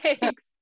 Thanks